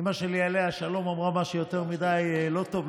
אימא שלי עליה השלום אמרה: מה שיותר מדי לא טוב.